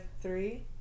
three